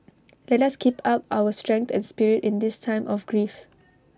let us keep up our strength and spirit in this time of grief